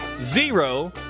Zero